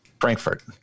Frankfurt